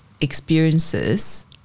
experiences